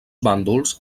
bàndols